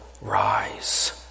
rise